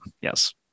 Yes